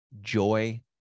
joy